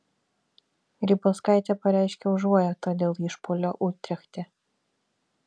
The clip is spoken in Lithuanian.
grybauskaitė pareiškė užuojautą dėl išpuolio utrechte